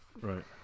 Right